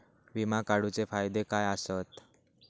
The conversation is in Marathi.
विमा काढूचे फायदे काय आसत?